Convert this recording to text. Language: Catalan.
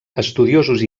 estudiosos